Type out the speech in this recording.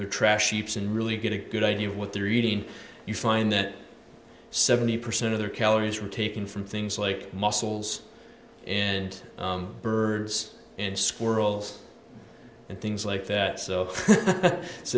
their trash heaps and really get a good idea of what they're eating you find that seventy percent of their calories were taken from things like mussels and birds and squirrels and things like that so i